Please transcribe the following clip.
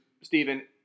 Stephen